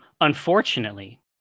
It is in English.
Unfortunately